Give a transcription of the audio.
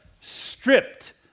stripped